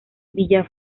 villa